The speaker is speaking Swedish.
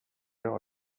jag